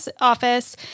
Office